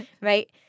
right